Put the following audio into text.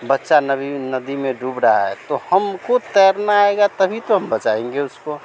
बच्चा नदी में डूब रहा है तो हमको तैरना आएगा तभी तो हम बचाएंगे उसको